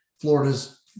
Florida's